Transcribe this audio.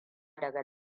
daga